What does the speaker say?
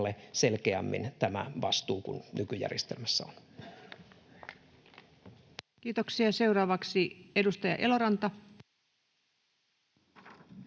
selkeämmin kuin tämä vastuu nykyjärjestelmässä on. Kiitoksia. — Seuraavaksi edustaja Eloranta.